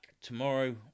tomorrow